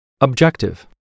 Objective